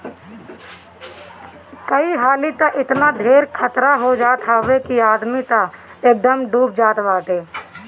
कई हाली तअ एतना ढेर खतरा हो जात हअ कि आदमी तअ एकदमे डूब जात बाटे